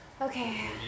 Okay